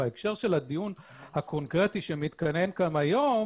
בהקשר של הדיון הקונקרטי שמתקיים כאן היום